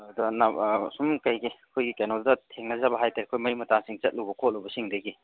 ꯁꯨꯝ ꯀꯔꯤ ꯀꯔꯤ ꯑꯩꯈꯣꯏꯒꯤ ꯀꯩꯅꯣꯗ ꯊꯦꯡꯅꯖꯕ ꯍꯥꯏꯇꯔꯦ ꯑꯩꯈꯣꯏ ꯃꯔꯤ ꯃꯇꯥꯁꯤꯡ ꯆꯠꯂꯨꯕ ꯈꯣꯠꯂꯨꯕꯁꯤꯡꯗꯒꯤ